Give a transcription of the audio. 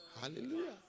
Hallelujah